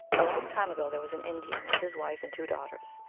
a long time ago there was an indian, with his wife and two daughters.